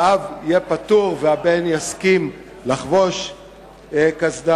והאב יהיה פטור והבן יסכים לחבוש קסדה?